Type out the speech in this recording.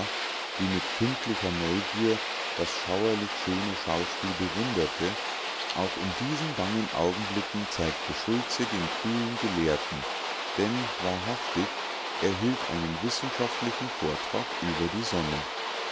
die mit kindlicher neugier das schauerlich schöne schauspiel bewunderte auch in diesen bangen augenblicken zeigte schultze den kühlen gelehrten denn wahrhaftig er hielt einen wissenschaftlichen vortrag über die sonne